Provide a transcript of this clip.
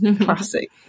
classic